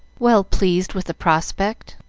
well pleased with the prospect.